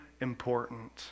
important